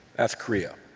that's korea.